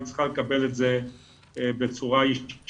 היא צריכה לקבל את זה בצורה ישירה.